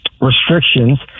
restrictions